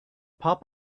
pop